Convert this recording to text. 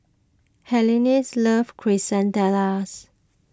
Helaines loves Quesadillas